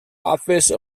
office